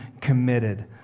committed